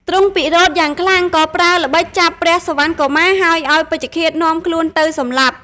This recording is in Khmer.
ទ្រង់ពិរោធយ៉ាងខ្លាំង ក៏ប្រើល្បិចចាប់ព្រះសុវណ្ណកុមារហើយឱ្យពេជ្ឈឃាតនាំខ្លួនទៅសម្លាប់។